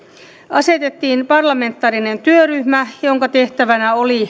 asetettiin parlamentaarinen työryhmä jonka tehtävänä oli